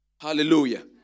Hallelujah